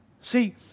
see